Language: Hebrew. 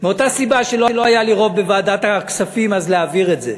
מאותה סיבה שלא היה לי רוב בוועדת הכספים אז להעביר את זה.